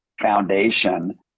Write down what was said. foundation